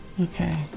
okay